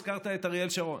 הזכרת את אריאל שרון.